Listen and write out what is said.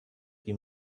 ihm